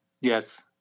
Yes